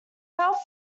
helped